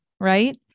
right